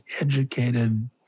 educated